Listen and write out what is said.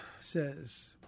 says